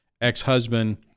ex-husband